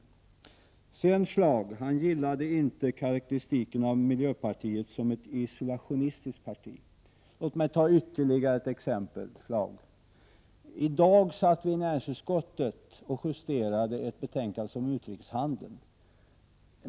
Birger Schlaug gillade inte karakteristiken av miljöpartiet som ett isolationistiskt parti. Låt mig då ta ytterligare ett exempel, Birger Schlaug. I dag satt vi i näringsutskottet och justerade ett betänkande om utrikeshandel.